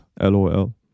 LOL